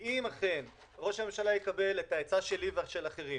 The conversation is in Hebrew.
כי אם אכן ראש הממשלה יקבל את העצה שלי ושל אחרים